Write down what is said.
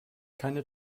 keine